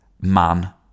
man